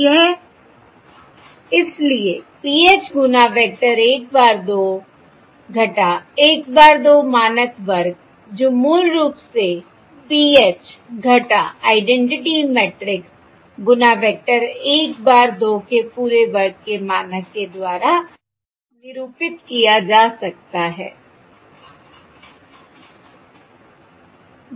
यह इसलिए PH गुना वेक्टर 1 bar 2 1 bar 2 मानक वर्ग जो मूल रूप से PH आइडेंटिटी मैट्रिक्स गुना वेक्टर 1 bar 2 के पूरे वर्ग के मानक के द्वारा निरूपित करने के बराबर है